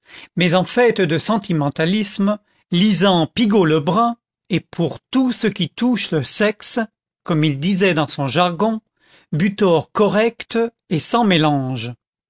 mais en fait de sentimentalisme lisant pigault lebrun et pour tout ce qui touche le sexe comme il disait dans son jargon butor correct et sans mélange